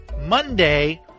Monday